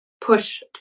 push